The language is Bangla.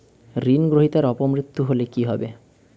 ঋণ গ্রহীতার অপ মৃত্যু হলে কি হবে?